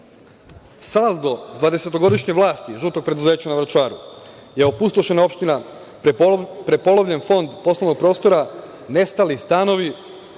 dvadesetogodišnje vlasti „žutog preduzea“ na Vračaru, je opustošena opština, prepolovljen Fond poslovnog prostora, nestali stanovi,